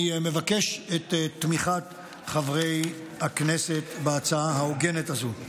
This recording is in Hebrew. אני מבקש את תמיכת חברי הכנסת בהצעה ההוגנת הזו.